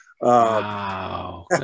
Wow